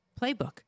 playbook